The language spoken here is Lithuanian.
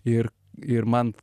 ir ir man